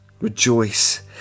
rejoice